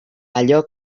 allò